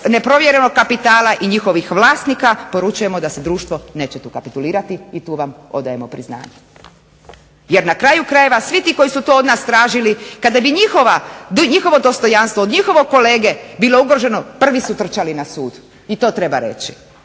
neprovjerenog kapitala i njihovih vlasnika poručujemo da se društvo neće tu kapitulirati i tu vam odajemo priznanje. Jer na kraju krajeva svi ti koji su to od nas tražili, kada bi njihovo dostojanstvo, od njihovog kolege bilo ugroženo prvi su trčali na sud i to treba reći.